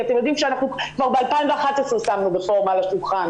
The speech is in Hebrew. כי אתם יודעים שאנחנו כבר ב-2011 שמנו רפורמה על השולחן,